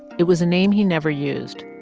it was a name he never used.